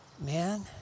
man